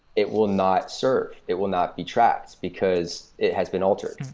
it will not surf, it will not be tracked, because it has been altered.